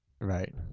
Right